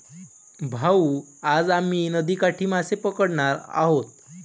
भाऊ, आज आम्ही नदीकाठी मासे पकडणार आहोत